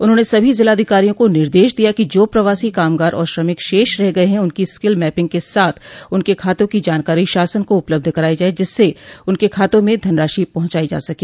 उन्होंने सभी जिलाधिकारियों को निर्देश दिया कि जो प्रवासी कामगार और श्रमिक शेष रह गये है उनकी स्किल मैपिंग के साथ उनके खातों की जानकारी शासन को उपलब्ध कराई जाये जिससे उनके खातों में धनराशि पहुंचाई जा सके